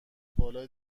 بالا